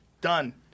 Done